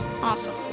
Awesome